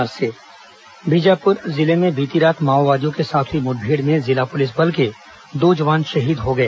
मुठभेड़ जवान शहीद बीजापुर जिले में बीती रात माओवादियों के साथ हुई मुठभेड़ में जिला पुलिस बल के दो जवान शहीद हो गए